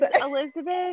elizabeth